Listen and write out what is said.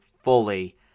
fully